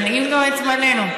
תנעים גם את זמננו.